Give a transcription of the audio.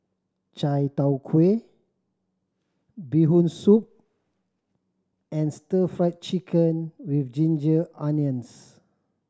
Chai Tow Kuay Bee Hoon Soup and Stir Fried Chicken With Ginger Onions